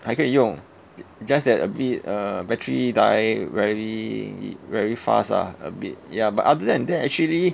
还可以用 just that a bit uh battery die very very fast ah a bit ya but other than that actually